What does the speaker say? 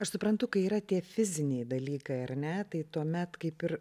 aš suprantu kai yra tie fiziniai dalykai ar ne tai tuomet kaip ir